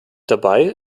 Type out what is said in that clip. dabei